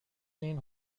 این